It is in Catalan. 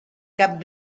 cap